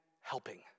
helping